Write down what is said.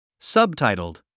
Subtitled